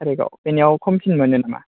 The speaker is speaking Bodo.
खारिगाव बेयाव खमसिन मोनो नामा